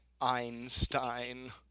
Einstein